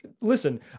listen